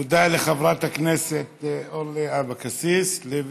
תודה לחברת הכנסת אורלי לוי אבקסיס.